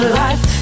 life